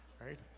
right